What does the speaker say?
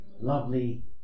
lovely